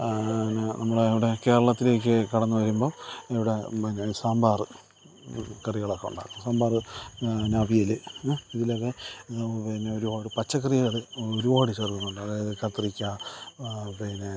ന്നെ നമ്മളിവിടെ കേരളത്തിലേക്ക് കടന്നുവരുമ്പോള് ഇവിടെ പിന്നെ സാമ്പാറ് കറികളൊക്ക ഉണ്ടാക്കും സാമ്പാറ് ന്ന അവിയല് ഇതിലക്കെ പിന്നെ ഒരുപാട് പച്ചക്കറികള് ഒരുപാട് ചേർക്കുന്നുണ്ട് അതായത് കത്തിറിക്ക പിന്നെ